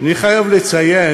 אני חייב לציין,